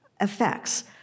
effects